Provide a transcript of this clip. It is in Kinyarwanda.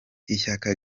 ishyaka